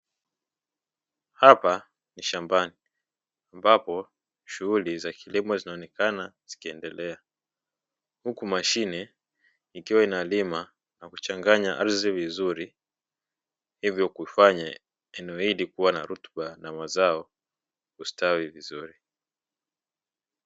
Hapa ni shambani ambapo shughuli za kilimo zinaonekana zikiendelea. Huku mashine ikiwa inalima na kuchanganya ardhi vizuri, hivyo kufanya eneo hili kuwa na rutuba na mazao kustawi vizuri.